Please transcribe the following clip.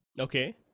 Okay